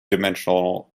dimensional